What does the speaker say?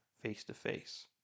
face-to-face